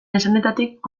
esanetatik